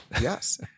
Yes